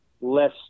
less